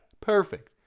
Perfect